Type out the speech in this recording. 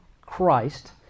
Christ